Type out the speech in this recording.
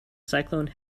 cyclone